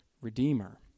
Redeemer